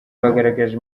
bagaragaje